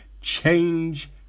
change